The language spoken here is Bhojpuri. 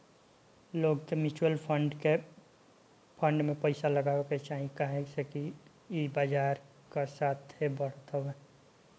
लोग के मिचुअल फंड में पइसा लगावे के चाही काहे से कि ई बजार कअ साथे बढ़त हवे